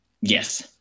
Yes